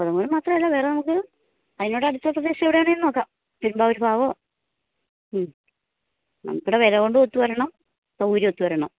കോതമംഗലം മാത്രമല്ല വേറെ നമ്മൾക്ക് അതിനോട് അടുത്ത പ്രദേശം എവിടെയാണേങ്കിലും നോക്കാം പെരുമ്പാവൂർ ഭാഗമോ മ്മ് നമ്മുക്കടെ വില കൊണ്ടും ഒത്തു വരണം സൗകര്യവും ഒത്ത് വരണം